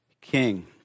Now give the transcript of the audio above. king